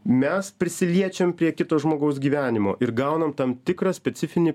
mes prisiliečiam prie kito žmogaus gyvenimo ir gaunam tam tikrą specifinį